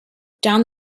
down